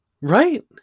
right